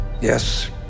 Yes